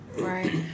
Right